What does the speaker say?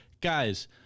Guys